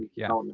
yeah.